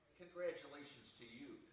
congratulations to you.